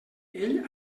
ell